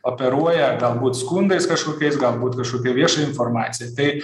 operuoja galbūt skundais kažkokiais galbūt kažkokia vieša informacija tai